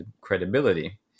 credibility